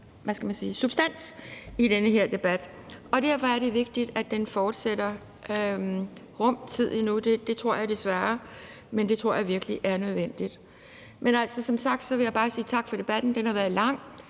giver os noget substans i den her debat, og derfor er det vigtigt, at den fortsætter en rum tid endnu. Det tror jeg desværre, men det tror jeg virkelig, er nødvendigt. Som sagt vil jeg bare sige tak for debatten. Den har været lang.